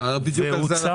והוצא עכשיו.